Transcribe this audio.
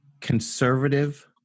conservative